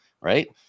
Right